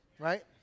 Right